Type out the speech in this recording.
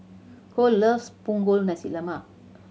Kole loves Punggol Nasi Lemak